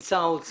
את שר האוצר,